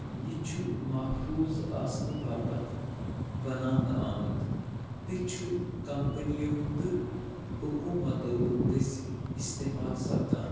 یہِ چھُ محفوٗظ آسنہٕ باپتھ بناونہٕ آمُت تہٕ چھُ کمپٔنِیو تہٕ حکوٗمتو دٔسۍ اِستعمال سَپدان